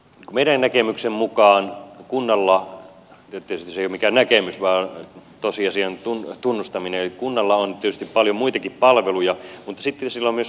meidän näkemyksen mukaan se ei ole tietenkään mikään näkemys vaan tosiasian tunnustaminen kunnalla on tietysti paljon muitakin palveluja mutta sitten sillä on myös aluekehitystehtävä